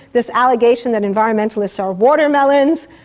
this allegation that environmentalists are watermelons!